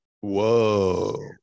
Whoa